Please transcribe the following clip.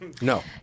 no